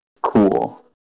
cool